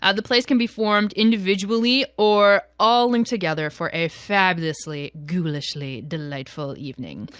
ah the plays can be formed individually or all linked together for a fabulously, ghoulishly, delightful evening.